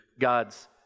God's